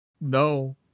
No